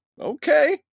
okay